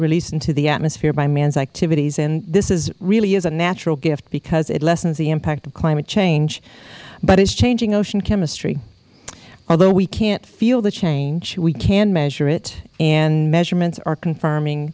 released into the atmosphere by man's activities and this really is a natural gift because it lessons the impact of climate change but it is changing ocean chemistry although we can't feel the change we can measure it and measurements are confirming